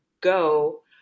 go